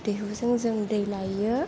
दैहुजों जों दै लायो